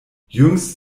jüngst